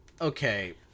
okay